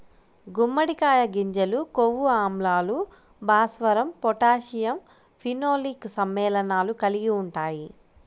గుమ్మడికాయ గింజలు కొవ్వు ఆమ్లాలు, భాస్వరం, పొటాషియం, ఫినోలిక్ సమ్మేళనాలు కలిగి ఉంటాయి